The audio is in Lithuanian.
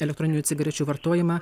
elektroninių cigarečių vartojimą